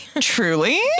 Truly